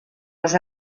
les